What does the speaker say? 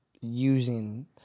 using